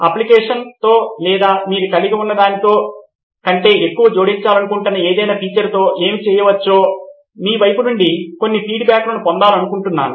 అప్లికేషన్తో లేదా మీరు కలిగి ఉన్నదానికంటే ఎక్కువ జోడించాలనుకుంటున్న ఏదైనా ఫీచర్తో ఏమి చేయవచ్చో మీ వైపు నుండి కొన్ని ఫీడ్బ్యాక్లను పొందాలనుకుంటున్నాను